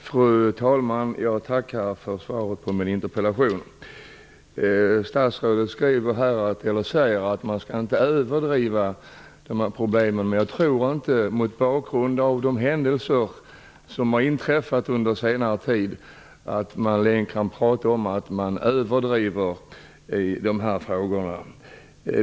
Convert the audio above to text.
Fru talman! Jag tackar för svaret på min interpellation. Statsrådet säger att man inte skall överdriva de här problemen, men mot bakgrund av de händelser som har inträffat under senare tid tror jag inte att man längre kan prata om att någon överdriver i de här frågorna.